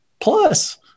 plus